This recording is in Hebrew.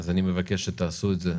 אני מבקש שתעשו את זה.